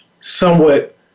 somewhat –